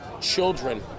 children